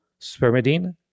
Spermidine